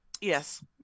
Yes